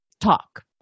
talk